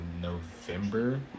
November